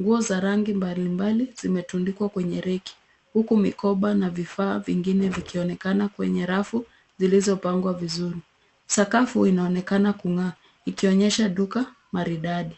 Nguo za rangi mbalimbali zimetundikwa kwenye reki, huku mikoba na vifaa vingine vikionekana kwenye rafu zilizopangwa vizuri. Sakafu inaonekana kung'aa, ikionyesha duka maridadi.